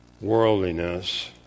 worldliness